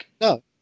No